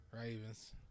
Ravens